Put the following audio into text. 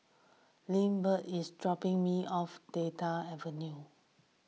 Lindbergh is dropping me off Delta Avenue